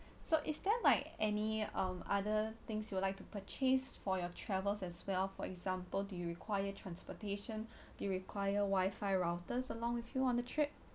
so is there like any um other things you would like to purchase for your travels as well for example do you require transportation do you require wifi routers along with you on the trip